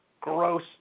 gross